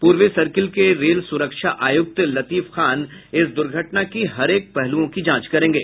पूर्वी सर्किल के रेल सुरक्षा आयुक्त लतीफ खान इस दुर्घटना की हरेक पहलुओं की जांच करेंगे